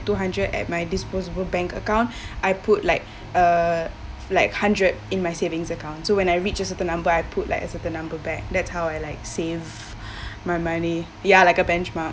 two hundred at my disposable bank account I put like a like hundred in my savings account so when I reach a certain number I put like a certain number back that's how I like save my money ya like a benchmark